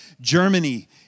Germany